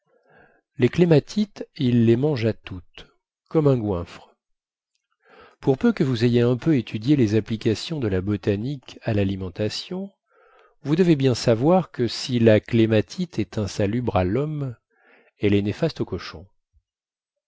les clématites il les mangea toutes comme un goinfre pour peu que vous ayez un peu étudié les applications de la botanique à lalimentation vous devez bien savoir que si la clématite est insalubre à lhomme elle est néfaste au cochon